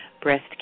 Breast